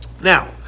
Now